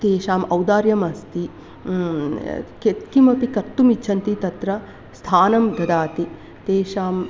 तेषाम् औदार्यम् अस्ति यत्किमपि कर्तुमिच्छन्ति तत्र स्थानं ददाति तेषाम्